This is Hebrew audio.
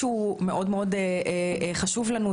שהוא מאוד מאוד חשוב לנו,